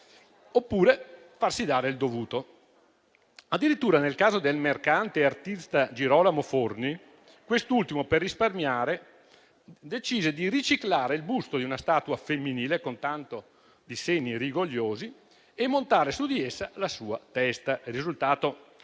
per farsi dare il dovuto. Addirittura, nel caso del mercante artista Girolamo Forni, quest'ultimo, per risparmiare, decise di riciclare il busto di una statua femminile, con tanto di seni rigogliosi, e montare su di essa la sua testa. Il risultato